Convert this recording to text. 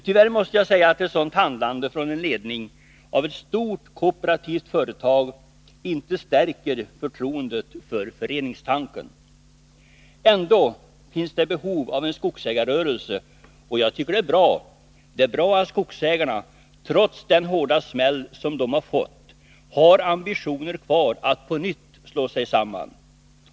Tyvärr måste jag säga att ett sådant handlande från en ledning för ett stort kooperativt företag inte stärker förtroendet för föreningstanken. Ändå finns det behov av en skogsägarrörelse, och jag tycker det är bra att skogsägarna, trots den hårda smäll de fått, har ambitioner kvar att på nytt slå sig samman.